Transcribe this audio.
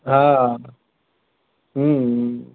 हा